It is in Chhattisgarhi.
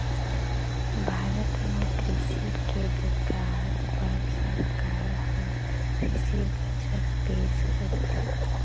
भारत म कृषि के बिकास बर सरकार ह कृषि बजट पेश करथे